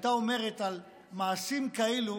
הייתה אומרת על מעשים כאלה: